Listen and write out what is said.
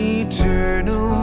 eternal